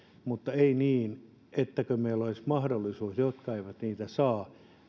ei niin että meillä olisi mahdollisuus että ne jotka eivät niitä saa